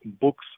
books